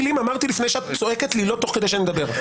לפני שאת צועקת לי תוך כדי שאני מדבר.